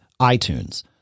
iTunes